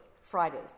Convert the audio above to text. Fridays